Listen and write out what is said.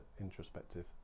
introspective